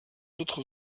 autres